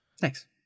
thanks